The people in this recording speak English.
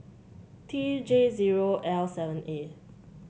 T J zero L seven A